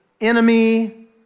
enemy